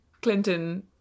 Clinton